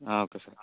okay sir